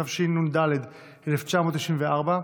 התשנ"ד 1994,